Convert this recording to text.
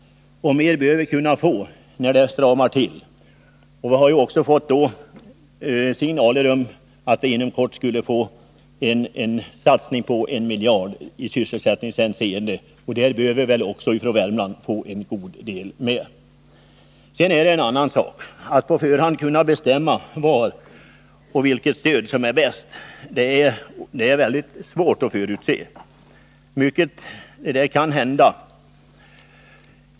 Och mer bör vi kunna få när det stramar till. Vi har ju fått signaler om att det inom kort görs en satsning på 1 miljard i sysselsättningshänseende, och där bör väl också Värmland få en god del med. En annan sak är att på förhand bestämma vilket stöd som är bäst. Det är väldigt svårt att förutse. Mycket kan hända.